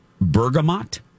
bergamot